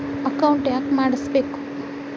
Account ಯಾಕ್ ಮಾಡಿಸಬೇಕು?